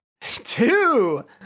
Two